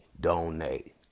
donate